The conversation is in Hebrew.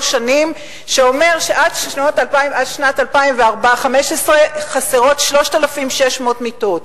שנים שאומר שעד שנת 2015 חסרות 3,600 מיטות.